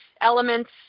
elements